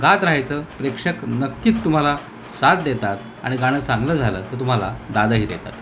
गात राहायचं प्रेक्षक नक्कीत् तुम्हाला साथ देतात आणि गाणं चांगलं झालं तर तुम्हाला दादही देतात